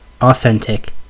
authentic